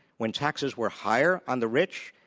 when taxes were higher on the rich,